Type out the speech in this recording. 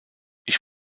ich